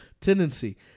tendency